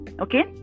okay